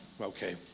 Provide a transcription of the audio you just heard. Okay